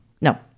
No